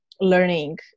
learning